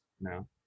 No